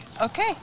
Okay